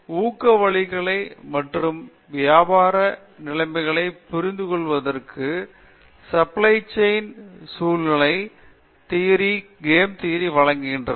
ஊக்க வழிவகைகள் மற்றும் வியாபார நிலைமையைப் புரிந்து கொள்வதைப்போல சப்ளை செயின் சூழ்நிலைகளை கேம் தியரி வழங்குகின்றன